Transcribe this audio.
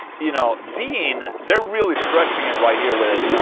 you know, dean. they're really stretching it right here with.